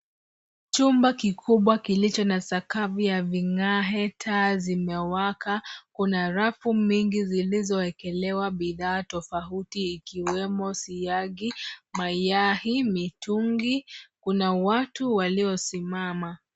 Chumba kikubwa kilicho na sakafu ya vingae taa zimewaka . Kuna rafu mingi zilizo wekelewa bidhaa tofauti ikiwemo siagi, mayai, mitungi kuna watu waliosimama.